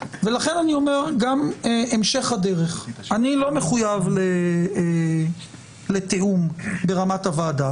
לכן אני אומר גם להמשך הדרך שאני לא מחויב לתיאום ברמת הוועדה.